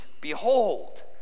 Behold